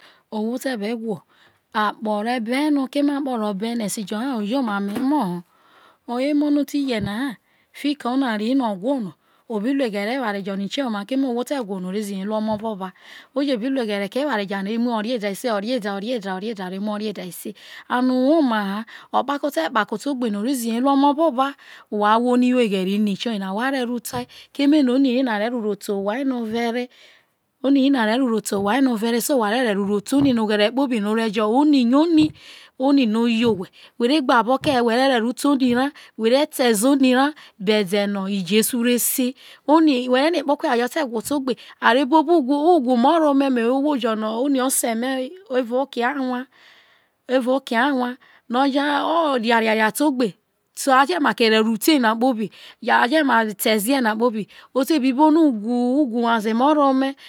akpo re be no keme akpo ro̱ be no na esejoho o ye omamo omo ho hayo a ri no o̱ who no a bi se o̱reda oreda ho ese and o womaha okpako tekpa tegbe no o re zihe rue omo boba wa ahwo no a who oghere ini tho̱ yena wha ro̱ ero̱ tai keme ini rai na a ro ere te owano were so aghere kpobi no̱ o ne jo kehe oni ye oni oni no oye owhe who teze oni ra keme oni yo̱ oni beseno jesu re se whu me reho ome whu me reho ome̱